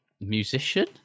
musician